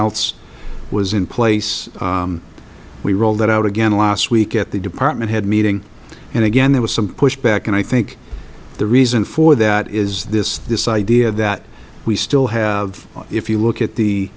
else was in place we rolled it out again last week at the department head meeting and again there was some pushback and i think the reason for that is this this idea that we still have if you look at the